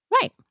Right